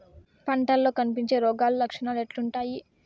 పంటల్లో కనిపించే రోగాలు లక్షణాలు ఎట్లుంటాయి?